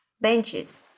benches